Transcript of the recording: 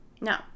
No